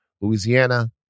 Louisiana